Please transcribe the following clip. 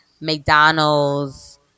McDonald's